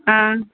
ஆ